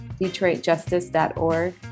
detroitjustice.org